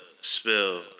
spill